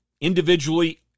individually